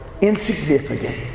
insignificant